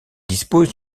dispose